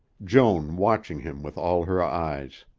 joan watching him with all her eyes.